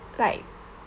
like